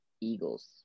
Eagles